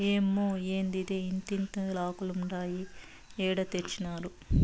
ఏమ్మే, ఏందిదే ఇంతింతాకులుండాయి ఏడ తెచ్చినారు